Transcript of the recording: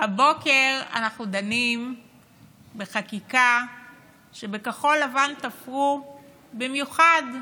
הבוקר אנחנו דנים בחקיקה שבכחול לבן תפרו במיוחד,